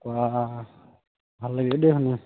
ভাল লাগিলে দেই শুনি